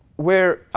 where